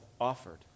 offered